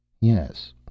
Yes